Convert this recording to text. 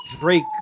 Drake